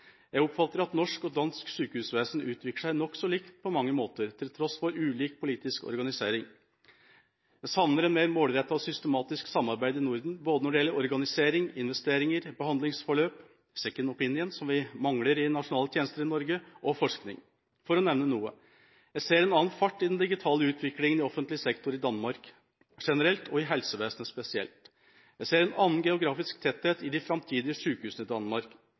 Jeg oppfatter at norsk og dansk sykehusvesen utvikler seg nokså likt på mange måter, til tross for ulik politisk organisering. Jeg savner et mer målrettet og systematisk samarbeid i Norden både når det gjelder organisering, investeringer, behandlingsforløp, «second opinion», som vi mangler i nasjonale tjenester i Norge, og forskning, for å nevne noe. Jeg ser en annen fart i den digitale utviklingen i offentlig sektor i Danmark generelt og i helsevesenet spesielt. Jeg ser en annen geografisk tetthet i de framtidige sykehusene i Danmark,